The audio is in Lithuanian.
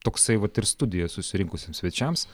toksai vat ir studijoje susirinkusiems svečiams